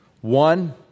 One